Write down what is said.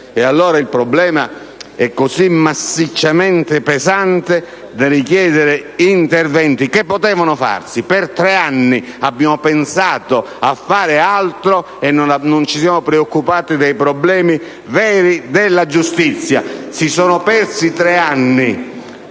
Allora il problema è così massicciamente pesante da richiedere interventi che potevano farsi. Per tre anni abbiamo pensato a fare altro e non ci siamo preoccupati dei problemi veri della giustizia. Si sono persi tre anni;